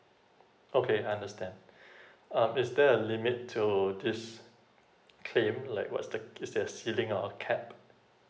okay I understand um is there a limit to this claim like what's the is there a ceiling or a cap